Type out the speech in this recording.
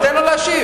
אבל תן לו להשיב.